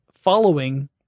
following